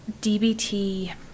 DBT